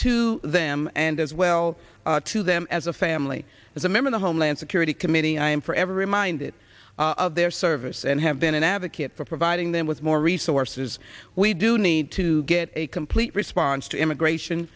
to them and as well to them as a family as a member the homeland security committee i am forever reminded of their service and have been an advocate for providing them with more resources we do need to get a complete response to immigration